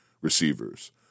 receivers